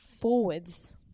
forwards